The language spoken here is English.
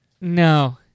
No